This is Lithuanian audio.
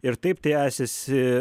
ir taip tęsėsi